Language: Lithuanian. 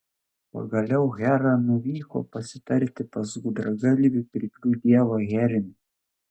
pagaliau hera nuvyko pasitarti pas gudragalvį pirklių dievą hermį